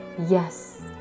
yes